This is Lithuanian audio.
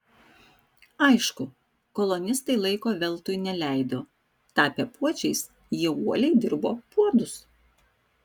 aišku kolonistai laiko veltui neleido tapę puodžiais jie uoliai dirbo puodus